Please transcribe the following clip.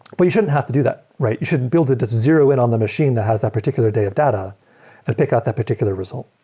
but you shouldn't have to do that, right? you shouldn't build it to zero-in on the machine that has that particular day of data and pick out that particular result.